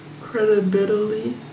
Credibility